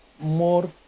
more